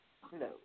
Hello